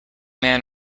man